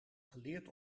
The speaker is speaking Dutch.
geleerd